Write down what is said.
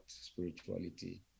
spirituality